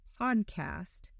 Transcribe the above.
podcast